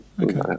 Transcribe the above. Okay